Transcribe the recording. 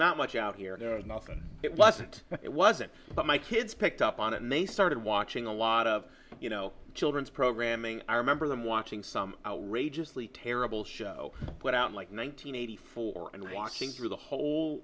not much out here and nothing it wasn't it wasn't but my kids picked up on it and they started watching a lot of you know children's programming i remember them watching some outrageously terrible show put out like nine hundred eighty four and watching through the whole